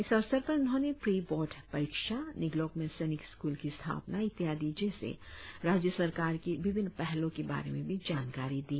इस अवसर पर उन्होंने प्री बोर्ड परिक्षा निगलोक में सैनिक स्कुल की स्थापना इत्यादि जैसे राज्य सरकार की विभिन्न पहलों के बारे में भी जानकारी दी